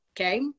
Okay